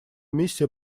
миссия